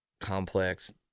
complex